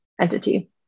entity